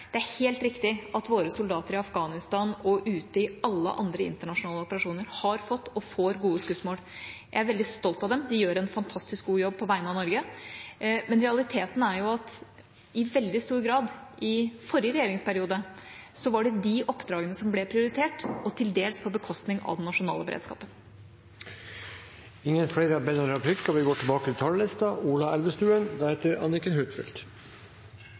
Det er helt riktig at våre soldater i Afghanistan og de som er ute i alle andre internasjonale operasjoner, har fått og får gode skussmål. Jeg er veldig stolt av dem, de gjør en fantastisk god jobb på vegne av Norge. Men realiteten er at i forrige regjeringsperiode var det i veldig stor grad de oppdragene som ble prioritert, til dels på bekostning av den nasjonale beredskapen. Replikkordskiftet er omme. De talere som heretter får ordet, har en taletid på inntil 3 minutter. Jeg vil gjerne legge til noen ord nettopp om